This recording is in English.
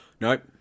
Nope